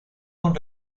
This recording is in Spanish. con